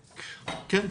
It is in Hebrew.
כן,